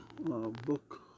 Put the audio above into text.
book